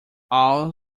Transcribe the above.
all